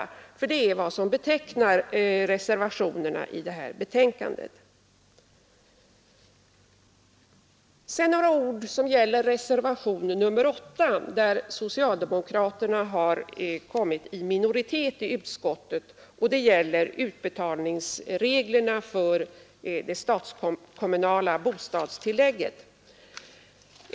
Det är nämligen vad som kännetecknar reservationerna i det här betänkandet. Sedan vill jag säga några ord om reservationen 8, där socialdemokraterna har kommit i minoritet i utskottet. Den gäller utbetalningsreglerna för det statskommunala bostadstillägget.